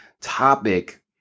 topic